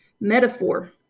metaphor